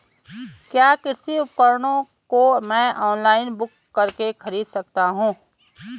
क्या कृषि उपकरणों को मैं ऑनलाइन बुक करके खरीद सकता हूँ?